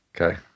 Okay